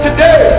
Today